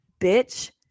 Bitch